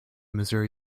missouri